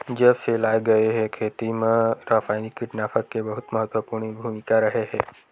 जब से लाए गए हे, खेती मा रासायनिक कीटनाशक के बहुत महत्वपूर्ण भूमिका रहे हे